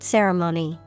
Ceremony